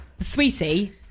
Sweetie